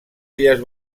illes